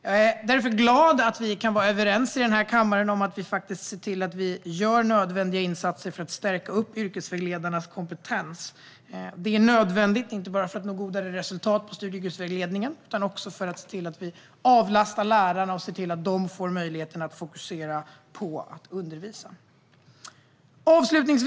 Jag är därför glad över att vi kan vara överens här i kammaren om att vi ska göra nödvändiga insatser för att stärka yrkesvägledarnas kompetens. Det är inte bara nödvändigt för att få bättre resultat i studievägledningen utan också för att se till att avlasta lärarna så att de får en möjlighet att fokusera på att undervisa. Herr talman!